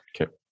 Okay